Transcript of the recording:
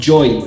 Joy